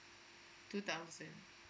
two thousand